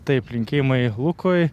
taip linkėjimai lukui